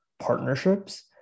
partnerships